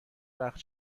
وقت